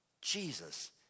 Jesus